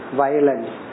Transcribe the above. violence